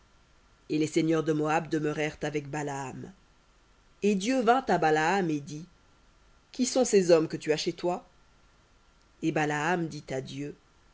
et les seigneurs de moab demeurèrent avec balaam et dieu vint à balaam et dit qui sont ces hommes chez toi et balaam dit à dieu